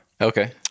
okay